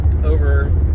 over